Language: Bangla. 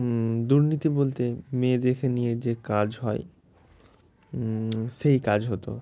দুর্নীতি বলতে মেয়ে দেখে নিয়ে যে কাজ হয় সেই কাজ হতো